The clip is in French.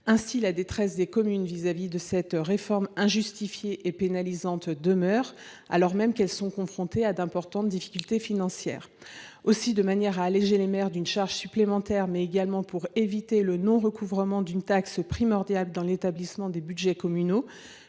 Ainsi, la détresse des communes provoquée par cette réforme injustifiée et pénalisante demeure, alors même qu’elles sont confrontées à d’importantes difficultés financières. Aussi, pour alléger les charges des maires, mais également pour éviter le non recouvrement d’une taxe primordiale dans l’établissement des budgets communaux,